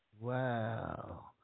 Wow